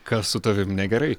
kas su tavim negerai